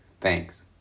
Thanks